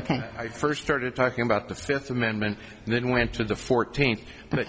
think i first started talking about the first amendment and then went to the fourteenth but